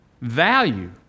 value